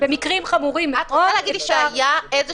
במקרים חמורים מאוד --- את רוצה להגיד שהיה איזה